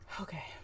Okay